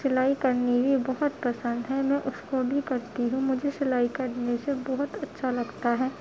سلائی کرنی بھی بہت پسند ہے میں اس کو بھی کرتی ہوں مجھے سلائی کرنے سے بہت اچھا لگتا ہے